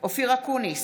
אופיר אקוניס,